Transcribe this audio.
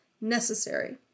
necessary